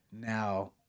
Now